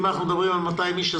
אם אנחנו מדברים על 200 אנשים,